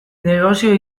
negozio